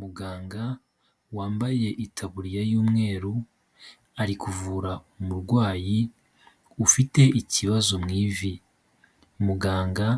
Muganga wambaye itaburiya y'umweru ari kuvura umurwayi ufite ikibazo mu ivi, muganga